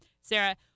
Sarah